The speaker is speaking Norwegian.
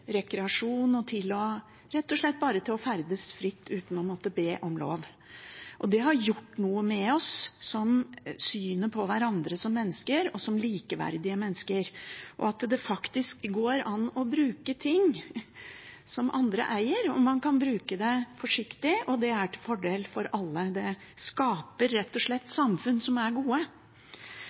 rekreasjon og til rett og slett bare å ferdes fritt uten å måtte be om lov. Det har gjort noe med oss, med synet på hverandre som mennesker, som likeverdige mennesker, og at det faktisk går an å bruke noe som andre eier. Man kan bruke det forsiktig, og det er til fordel for alle. Det skaper rett og slett samfunn som er gode.